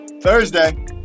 Thursday